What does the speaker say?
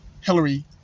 Hillary